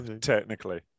technically